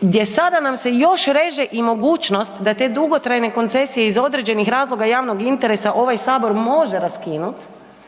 gdje sada nam se još reže i mogućnost da te dugotrajne koncesije iz određenih razloga javnog interesa ovaj Sabor može raskinut,